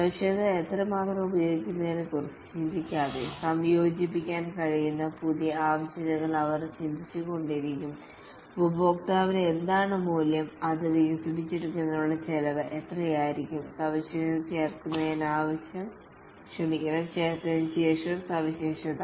സവിശേഷത എത്രമാത്രം ഉപയോഗിക്കുമെന്നതിനെക്കുറിച്ച് ചിന്തിക്കാതെ സംയോജിപ്പിക്കാൻ കഴിയുന്ന പുതിയ സവിശേഷതകൾ അവർ ചിന്തിച്ചുകൊണ്ടിരിക്കും ഉപഭോക്താവിന് എന്താണ് മൂല്യം അത് വികസിപ്പിക്കുന്നതിനുള്ള ചെലവ് എത്രയായിരിക്കും സവിശേഷത ചേർത്തതിനുശേഷം സവിശേഷത